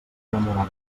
enamorar